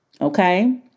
Okay